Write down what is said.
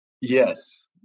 Yes